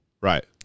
Right